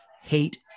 hate